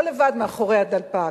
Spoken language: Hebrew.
לא לבד מאחורי הדלפק.